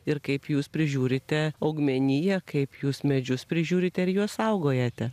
ir kaip jūs prižiūrite augmeniją kaip jūs medžius prižiūrite ir juos saugojate